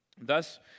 Thus